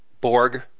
Borg